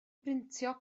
brintio